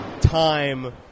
time